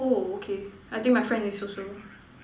oh okay I think my friend is also